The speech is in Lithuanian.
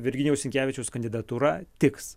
virginijaus sinkevičiaus kandidatūra tiks